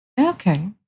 Okay